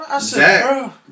Zach